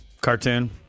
Cartoon